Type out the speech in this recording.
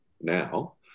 now